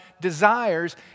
desires